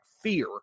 fear